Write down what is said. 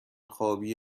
خوابی